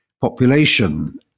population